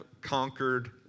conquered